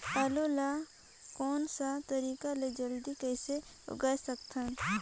आलू ला कोन सा तरीका ले जल्दी कइसे उगाय सकथन?